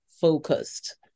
focused